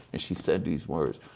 and she said these words,